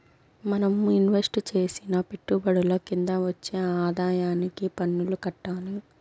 మనం ఇన్వెస్టు చేసిన పెట్టుబడుల కింద వచ్చే ఆదాయానికి పన్నులు కట్టాలి